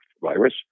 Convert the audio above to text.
virus